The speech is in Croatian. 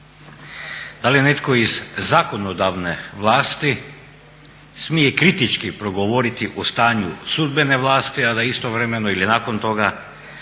Da li netko iz zakonodavne vlasti smije kritički progovoriti o stanju sudbene vlasti a da istovremeno ili nakon toga